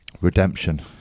Redemption